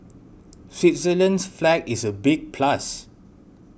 Switzerland's flag is a big plus